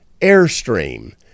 Airstream